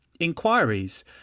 Inquiries